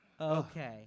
Okay